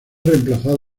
reemplazo